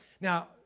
now